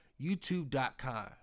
youtube.com